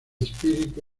espíritu